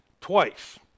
twice